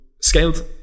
scaled